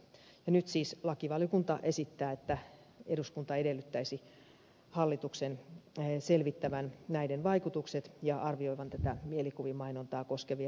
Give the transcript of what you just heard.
nyt siis lakivaliokunta esittää että eduskunta edellyttäisi hallituksen selvittävän näiden vaikutukset ja arvioivan tätä mielikuvamainontaa koskevien lisätoimenpiteiden tarvetta